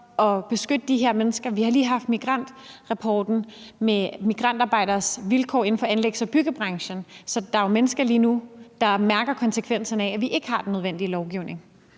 at beskytte de her mennesker? Vi har lige haft migrantrapporten med migrantarbejderes vilkår inden for anlægs- og byggebranchen. Så der er jo mennesker lige nu, der mærker konsekvenserne af, at vi ikke har den nødvendige lovgivning.